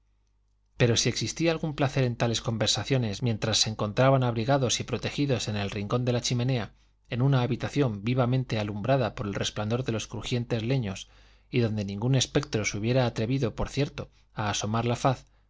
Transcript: pero si existía algún placer en tales conversaciones mientras se encontraban abrigados y protegidos en el rincón de la chimenea en una habitación vivamente alumbrada por el resplandor de los crujientes leños y donde ningún espectro se hubiera atrevido por cierto a asomar la faz